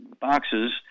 boxes